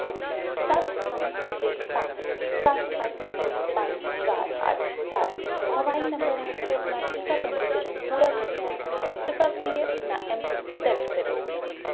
सत्त पंज छे पंज सत्त अट्ठ दो पंज चार अट्ठ चार मोबाइल नंबर आस्तै अपना टीका पंजीकरण पूरा करने आस्तै कृपा करियै अपना ऐम्म पिन दर्ज करें